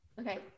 Okay